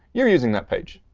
you're using that page.